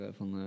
van